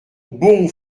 bon